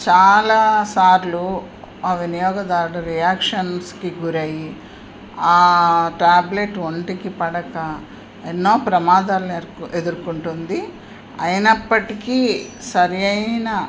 చాలా సార్లు ఆ వినియోగదార్లు రియాక్షన్స్కి గురయి ఆ టాబ్లెట్ ఒంటికి పడక ఎన్నో ప్రమాదాల్ని ఎ ఎదుర్కుంటుంది అయినప్పటికీ సరైన